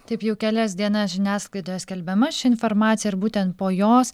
taip jau kelias dienas žiniasklaidoje skelbiama ši informacija ir būtent po jos